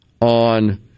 on